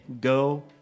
go